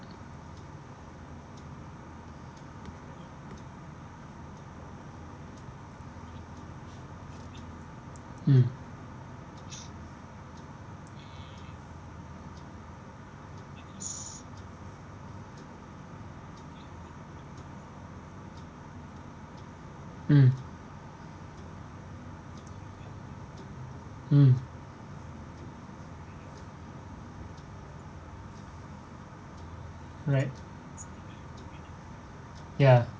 mm mm mm right ya